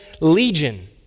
Legion